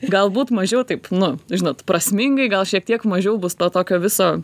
galbūt mažiau taip nu žinot prasmingai gal šiek tiek mažiau bus to tokio viso